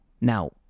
Now